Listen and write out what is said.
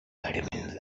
vitamins